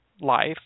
life